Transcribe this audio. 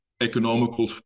economical